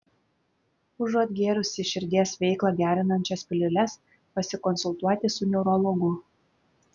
užuot gėrusi širdies veiklą gerinančias piliules pasikonsultuoti su neurologu